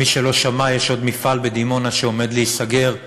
מי שלא שמע, יש עוד מפעל בדימונה שעומד להיסגר.